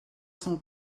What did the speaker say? cent